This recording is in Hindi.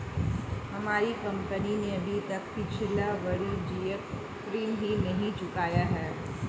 हमारी कंपनी ने अभी तक पिछला वाणिज्यिक ऋण ही नहीं चुकाया है